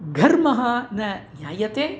घर्मः न जायते